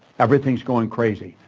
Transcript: everything's going crazy.